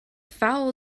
foul